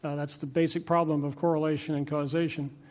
and that's the basic problem of correlation and causation.